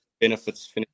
benefits